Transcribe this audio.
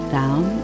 down